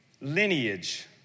lineage